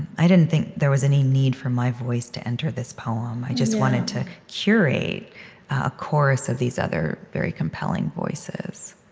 i didn't think that there was any need for my voice to enter this poem. i just wanted to curate a chorus of these other very compelling voices